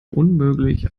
unmöglich